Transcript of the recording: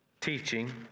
teaching